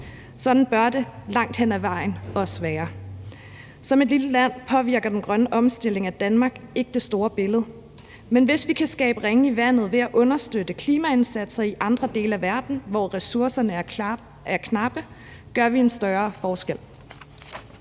ad vejen også være. Som et lille land påvirker den grønne omstilling af Danmark ikke det store billede, men hvis vi kan skaber ringe i vandet ved at understøtte klimaindsatser i andre dele af verden, hvor ressourcerne er knappe, gør vi en større forskel.